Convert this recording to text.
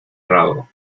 rabo